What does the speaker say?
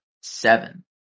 seven